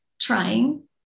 trying